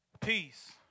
peace